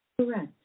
Correct